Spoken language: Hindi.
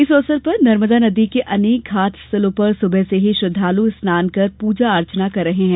इस अवसर पर नर्मदा नदी के अनेक घाट स्थलों पर सुबह से ही श्रद्वालजन स्नान कर पुजा अर्चना कर रहे हैं